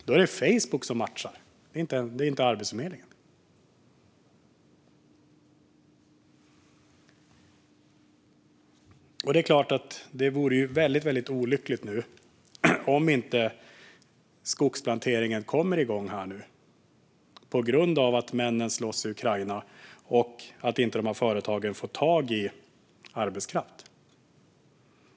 Då är det Facebook och inte Arbetsförmedlingen som har matchat. Det vore väldigt olyckligt om skogsplanteringen inte kommer igång nu på grund av att männen slåss i Ukraina och att de här företagen inte får tag i arbetskraft.